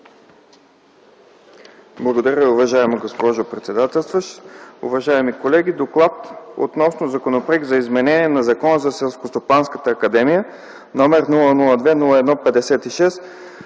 Благодаря, уважаема госпожо председателстваща. Уважаеми колеги, „ДОКЛАД относно Законопроект за изменение на Закона за Селскостопанската академия № 002-01-56,